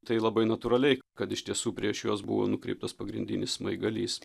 tai labai natūraliai kad iš tiesų prieš juos buvo nukreiptas pagrindinis smaigalys